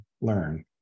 learn